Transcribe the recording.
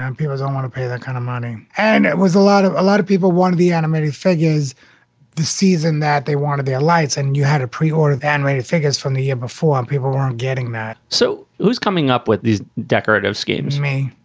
um people don't want to pay that kind of money. and it was a lot of a lot of people wanted the animated figures this season that they wanted their lights. and you had to pre-order the animated figures from the year before and people weren't getting that so who's coming up with these decorative schemes? me.